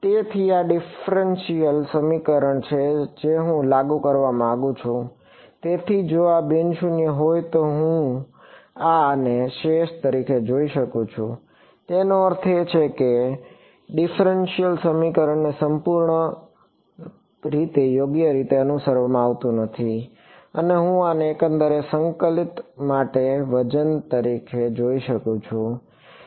તેથી આ ડિફફરેનશીયલ સમીકરણ છે જે હું લાગુ કરવા માંગુ છું તેથી જો આ બિન શૂન્ય હોય તો હું આને શેષ તરીકે જોઈ શકું છું તેનો અર્થ એ છે કે ડિફફરેનશીયલ સમીકરણને સંપૂર્ણ રીતે યોગ્ય રીતે અનુસરવામાં આવતું નથી અને હું આને આ એકંદર સંકલિત સંકલન માટે વજન તરીકે જોઈ શકું છું